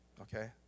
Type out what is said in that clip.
okay